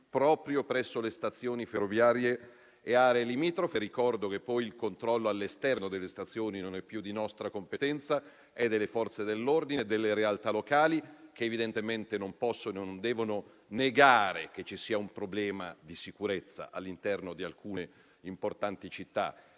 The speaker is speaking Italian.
proprio presso le stazioni ferroviarie e le aree limitrofe. Ricordo poi che il controllo all'esterno delle stazioni non è più di nostra competenza, ma delle Forze dell'ordine e delle realtà locali che evidentemente non possono e non devono negare che ci sia un problema di sicurezza all'interno di alcune importanti città